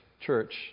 church